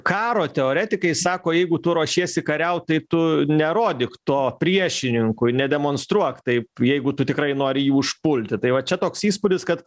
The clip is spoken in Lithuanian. karo teoretikai sako jeigu tu ruošiesi kariaut tai tu nerodyk to priešininkui nedemonstruok taip jeigu tu tikrai nori jį užpulti tai va čia toks įspūdis kad